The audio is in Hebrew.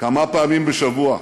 כמה פעמים בשבוע,